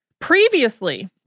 Previously